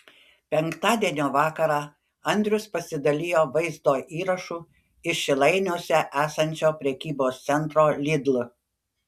penktadienio vakarą andrius pasidalijo vaizdo įrašu iš šilainiuose esančio prekybos centro lidl